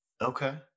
Okay